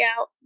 out